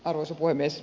arvoisa puhemies